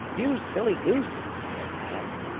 you silly goose! said the hag,